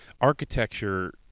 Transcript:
architecture